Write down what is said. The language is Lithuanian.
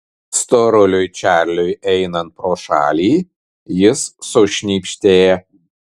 storuliui čarliui einant pro šalį jis sušnypštė